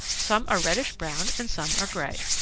some are reddish-brown and some are gray.